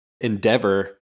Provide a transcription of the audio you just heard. Endeavor